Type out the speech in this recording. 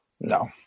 No